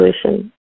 solution